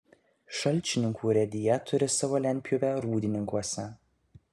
šalčininkų urėdija turi savo lentpjūvę rūdininkuose